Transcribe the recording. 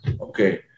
okay